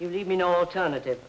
you leave me no alternative